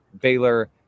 Baylor